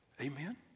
Amen